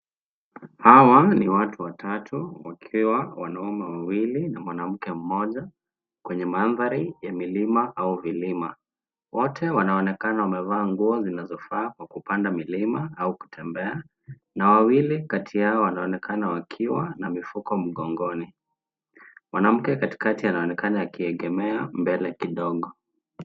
Hawa ni watu watatu wakiwa wanaume wawili na mwanamke mmoja kwenye maandhari ya milima au vilima. Wote wanaonekana wamevaa nguo zinazofaa kwa kupanda milima au kutembea na wawili kati yao wanaonekana wakiwa na mifuko mgongoni. Mwanamke katikati anaonekana akiegemea mbele kidogo.